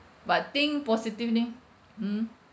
but think positive only hmm